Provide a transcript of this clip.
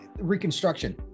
reconstruction